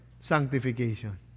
sanctification